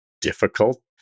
difficult